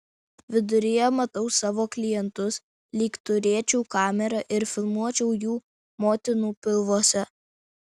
viduryje matau savo klientus lyg turėčiau kamerą ir filmuočiau jų motinų pilvuose